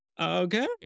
Okay